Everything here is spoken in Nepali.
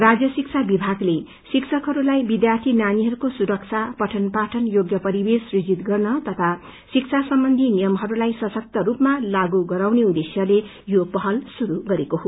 राज्य शिक्षा विभगले शिक्षकहरूलाई विध्यार्थी नानीहरूको सुरक्षा पठन पाठन योग्य परिवेश सृजित गर्न तथा शिक्षा सम्बन्धी नियमहरूलाई सशक्त रूपमा लागू गराउने उद्धेश्यले यो पहल श्रुरू गरिएको हो